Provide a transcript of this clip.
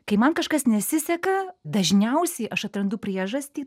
kai man kažkas nesiseka dažniausiai aš atrandu priežastį